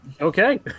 Okay